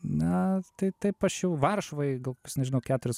na tai taip aš jau varšuvoj gal kokius nežinau keturis